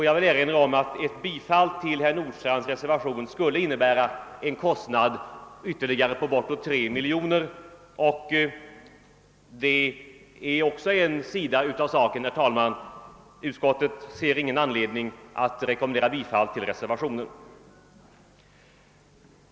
Jag vill erinra om att ett bifall till herr Nordstrandhs reservation skulle innebära en ytterligare kostnad på cirka 3 miljoner kronor. Det är också en sida av saken, herr talman. Utskottet ser inte någon anledning att rekommendera ett bifall till reservationen.